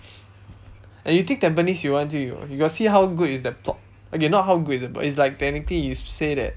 and you think tampines you want until you you got see how good is the plot okay not how good is the plot it's like technically you s~ say that